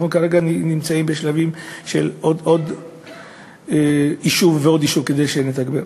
אנחנו כרגע נמצאים בשלבים של עוד יישוב ועוד יישוב כדי שנתגבר.